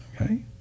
Okay